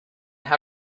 how